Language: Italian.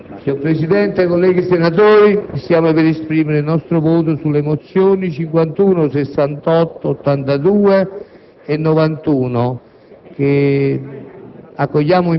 Signor Presidente, colleghi senatori, stiamo per esprimere il nostro voto sulle mozioni n. 51, 68 (testo